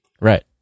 Right